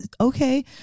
Okay